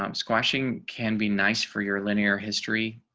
um squashing can be nice for your linear history,